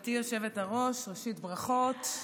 גברתי היושבת-ראש, ראשית, ברכות.